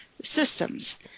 systems